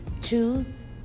choose